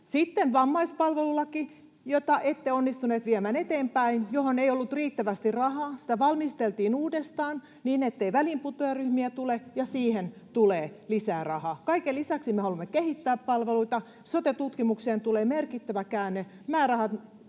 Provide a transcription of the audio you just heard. Sitten vammaispalvelulaki, jota ette onnistuneet viemään eteenpäin, johon ei ollut riittävästi rahaa. Sitä valmisteltiin uudestaan niin, ettei väliinputoajaryhmiä tule, ja siihen tulee lisää rahaa. Kaiken lisäksi me haluamme kehittää palveluita. Sote-tutkimukseen tulee merkittävä käänne.